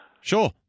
Sure